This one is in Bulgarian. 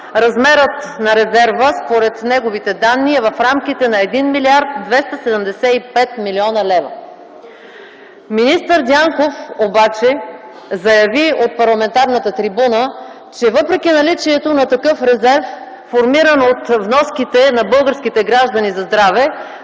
размерът на резерва според неговите данни е в рамките на 1 млрд. 275 млн. лв. Министър Дянков обаче заяви от парламентарната трибуна, че въпреки наличието на такъв резерв, формирано от вноските на българските граждани за здраве,